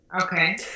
Okay